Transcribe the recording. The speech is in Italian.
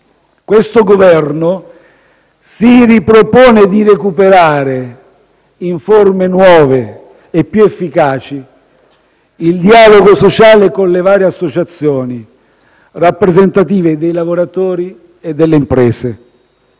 questo Governo si ripropone di recuperare, in forme nuove e più efficaci, il dialogo sociale con le varie associazioni rappresentative dei lavoratori e delle imprese.